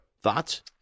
Thoughts